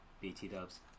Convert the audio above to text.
BT-dubs